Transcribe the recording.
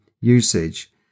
usage